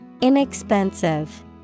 Inexpensive